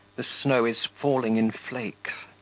the snow is falling in flakes.